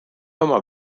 oma